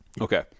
okay